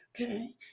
okay